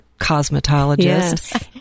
cosmetologist